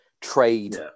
trade